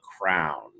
crown